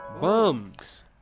Bums